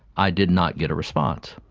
i did not get a response.